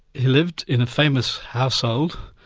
he lived in a famous household,